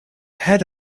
head